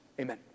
Amen